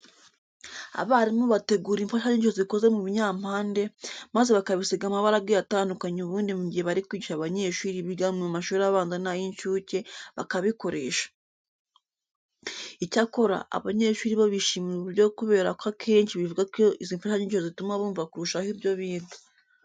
Abarimu bategura imfashanyigisho zikoze mu binyampande, maze bakabisiga amabara agiye atandukanye ubundi mu gihe bari kwigisha abanyeshuri biga mu mashuri abanza n'ay'incuke bakabikoresha. Icyakora, abanyeshuri bo bishimira ubu buryo kubera ko akenshi bavuga ko izi mfashanyigisho zituma bumva kurushaho ibyo biga.